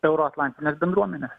euroatlantinės bendruomenės